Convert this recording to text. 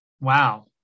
Wow